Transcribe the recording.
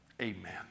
Amen